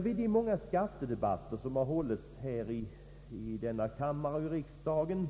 Vid de många skattedebatter som hållits i riksdagen